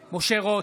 בעד משה רוט,